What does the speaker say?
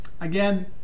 again